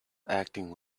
acting